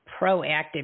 proactive